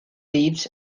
leaves